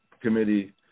Committee